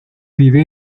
vive